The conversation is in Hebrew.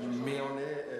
מי עונה?